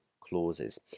clauses